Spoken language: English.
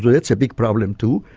that's a big problem too,